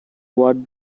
what